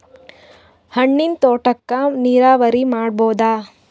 ಹಣ್ಣಿನ್ ತೋಟಕ್ಕ ನೀರಾವರಿ ಮಾಡಬೋದ?